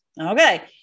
Okay